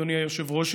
אדוני היושב-ראש,